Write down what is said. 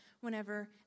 whenever